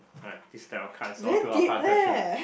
hai this type of cards all throw out hard question